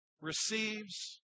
receives